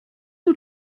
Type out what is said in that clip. nur